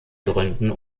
gründen